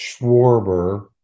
Schwarber